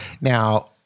Now